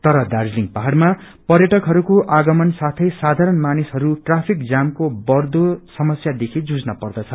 तर दार्जीलिङ पहाडमा पर्यटकहरूको आगमन साौँ साथारण मानिसहरू ट्राफिक जामको बढ़दो समस्यादेखि जुइन पर्दछ